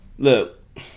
Look